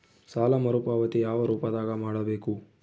ಸಾಲ ಮರುಪಾವತಿ ಯಾವ ರೂಪದಾಗ ಮಾಡಬೇಕು?